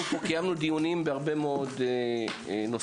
אנחנו קיימנו פה דיונים בהרבה מאוד נושאים,